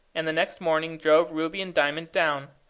and the next morning drove ruby and diamond down,